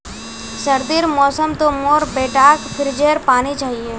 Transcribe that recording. सर्दीर मौसम तो मोर बेटाक फ्रिजेर पानी चाहिए